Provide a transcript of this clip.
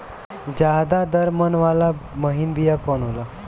ज्यादा दर मन वाला महीन बिया कवन होला?